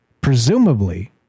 Presumably